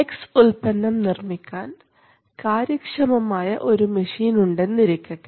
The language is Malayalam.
X ഉൽപ്പന്നം നിർമ്മിക്കാൻ കാര്യക്ഷമമായ ഒരു മെഷീൻ ഉണ്ടെന്നിരിക്കട്ടെ